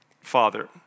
Father